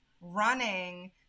running